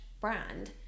brand